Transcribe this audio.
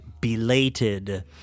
Belated